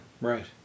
Right